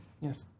Yes